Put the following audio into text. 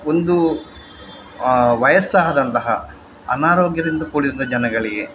ಒಂದು ವಯಸ್ಸಾದಂತಹ ಅನಾರೋಗ್ಯದಿಂದ ಕೂಡಿದ ಜನಗಳಿಗೆ